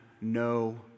no